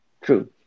true